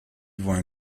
voient